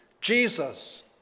Jesus